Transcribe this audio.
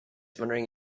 wondering